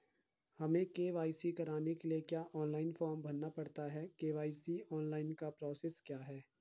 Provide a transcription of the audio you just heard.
हमें के.वाई.सी कराने के लिए क्या ऑनलाइन फॉर्म भरना पड़ता है के.वाई.सी ऑनलाइन का प्रोसेस क्या है?